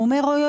הוא אומר: אוי,